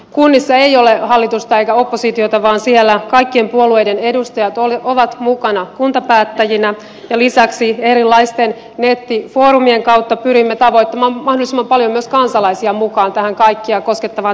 kunnissa ei ole hallitusta eikä oppositiota vaan siellä kaikkien puolueiden edustajat ovat mukana kuntapäättäjinä ja lisäksi erilaisten nettifoorumien kautta pyrimme tavoittamaan mahdollisimman paljon myös kansalaisia mukaan tähän kaikkia koskettavaan tärkeään keskusteluun